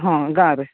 ହଁ ଗାଁରେ